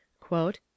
Quote